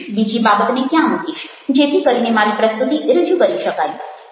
બીજી બાબત ને ક્યાં મૂકીશ જેથી કરીને મારી પ્રસ્તુતિ રજૂ કરી શકાય